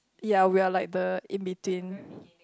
ya we are like the in between